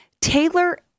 Taylor